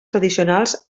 tradicionals